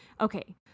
okay